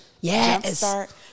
Yes